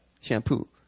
shampoo